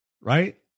right